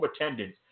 attendance